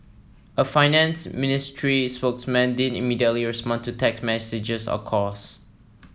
a finance ministry spokesperson didn't immediately respond to text messages or calls